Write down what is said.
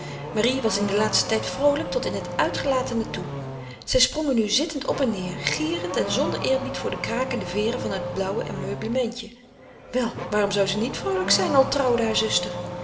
marie was in den laatsten tijd vroolijk tot in het uitgelatene toe zij sprongen nu zittend op en neêr gierend en zonder eerbied voor de krakende veeren van het blauwe ameublementje wel waarom zou ze niet vroolijk zijn al trouwde hare zuster